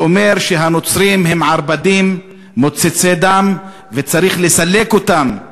שאומר שהנוצרים הם ערפדים מוצצי דם וצריך לסלק אותם מהארץ.